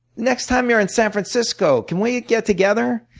next time you're in san francisco, can we get together?